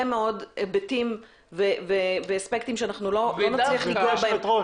מאוד היבטים ואספקטים שאנחנו לא נצליח לגעת בהם,